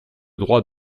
droit